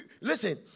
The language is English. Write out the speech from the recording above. listen